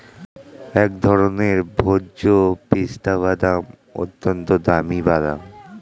এক ধরনের ভোজ্য পেস্তা বাদাম, অত্যন্ত দামি বাদাম